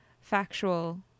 factual